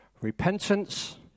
Repentance